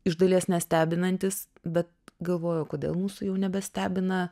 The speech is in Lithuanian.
iš dalies nestebinantis bet galvoju o kodėl mūsų jau nebestebina